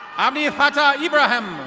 amir pata abraham.